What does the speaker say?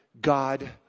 God